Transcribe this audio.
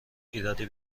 ایرادی